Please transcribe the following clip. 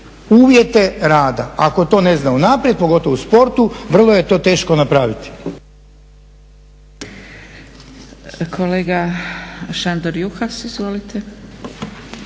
uvjete rada, ako to ne zna unaprijed, pogotovo u sportu, vrlo je to teško napraviti.